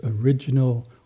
original